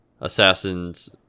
assassin's